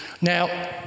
Now